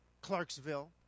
Clarksville